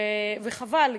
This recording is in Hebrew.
וחבל,